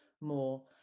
more